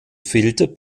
filter